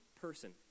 person